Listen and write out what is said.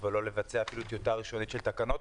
ולא לבצע אפילו טיוטה ראשונית של תקנות,